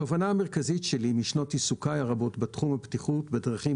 התובנה המרכזית שלי משנות עיסוקי הרבות בתחום הבטיחות בדרכים,